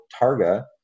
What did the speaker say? Targa